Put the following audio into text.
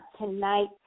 tonight